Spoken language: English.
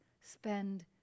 spend